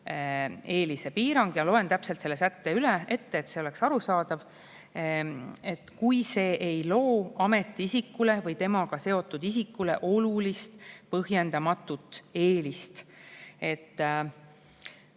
eelise piirang. Loen selle sätte täpselt ette, et see oleks arusaadav: kui see ei loo ametiisikule või temaga seotud isikule olulist põhjendamatut eelist.